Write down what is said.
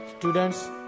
Students